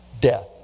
death